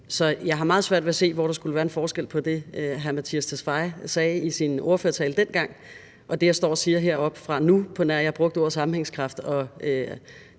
meget svært ved at se, hvor der skulle være en forskel på det, hr. Mattias Tesfaye sagde i sin ordførertale dengang, og det, jeg står og siger heroppefra nu, på nær at jeg brugte ordet sammenhængskraft og